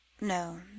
No